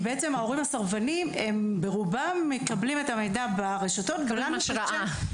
ההורים הסרבנים מקבלים את המידע ברשתות החברתיות